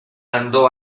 andò